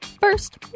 First